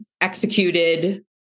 executed